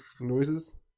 Noises